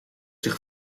zich